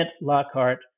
Lockhart